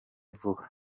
vuba